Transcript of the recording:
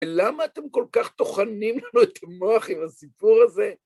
ולמה אתם כל כך טוחנים לנו את המוח עם הסיפור הזה?